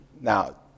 Now